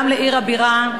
גם לעיר הבירה.